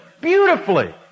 beautifully